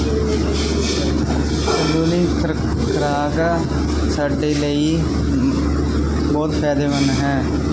ਸੰਤੁਲਿਤ ਖਰ ਖੁਰਾਕ ਸਾਡੇ ਲਈ ਬਹੁਤ ਫਾਇਦੇਮੰਦ ਹੈ